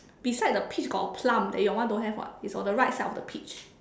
beside the peach got a plum that your one don't have [what] it's on the right side of the peach